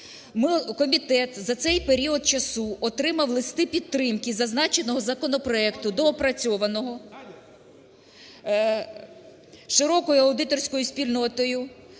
комітет за цей період часу отримав листи підтримки зазначеного законопроекту доопрацьованого широкою аудиторською спільнотою